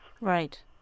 Right